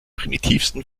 primitivsten